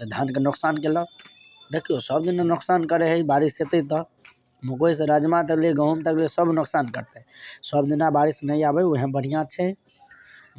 तऽ धानके नोकसान केलक देखियौ सब दिन ने नोकसान करै हइ बारिस हेतै तऽ मकइके राजमाके लेल गहूॅंम तकले सब नोकसान करतै सबदिना बारिस नहि आबै उएहमे बढ़िऑं छै